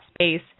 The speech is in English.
space